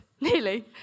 Nearly